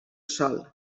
sol